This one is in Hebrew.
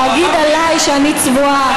להגיד עליי שאני צבועה,